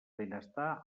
benestar